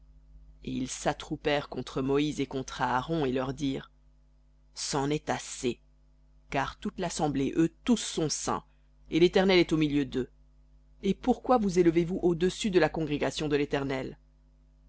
ils s'attroupèrent contre moïse et contre aaron et leur dirent c'en est assez car toute l'assemblée eux tous sont saints et l'éternel est au milieu d'eux et pourquoi vous élevez-vous au-dessus de la congrégation de l'éternel